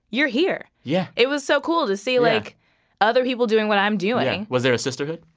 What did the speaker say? you're here yeah it was so cool to see like other people doing what i'm doing was there a sisterhood?